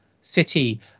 city